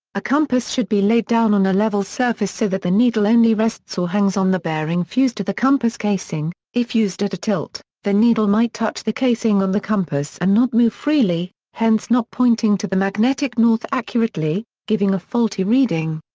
a compass should be laid down on a level surface so that the needle only rests or hangs on the bearing fused to the compass casing if used at a tilt, the needle might touch the casing on the compass and not move freely, hence not pointing to the magnetic north accurately, giving a faulty reading.